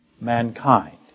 mankind